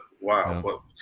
wow